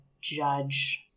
judge